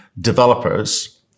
developers